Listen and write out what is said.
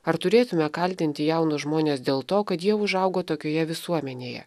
ar turėtume kaltinti jaunus žmones dėl to kad jie užaugo tokioje visuomenėje